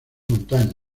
montañas